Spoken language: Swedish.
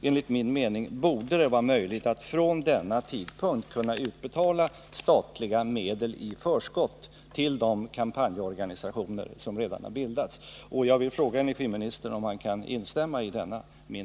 Enligt min mening borde det vara möjligt att från denna tidpunkt frikyrkoförsamlingutbetala statliga medel i förskott till de kampanjorganisationer som redan har ar från skyldighebildats. Jag vill fråga energiministern om han kan instämma i denna min